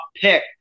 pick